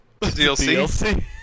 DLC